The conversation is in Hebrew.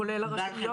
כולל הרשויות.